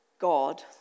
God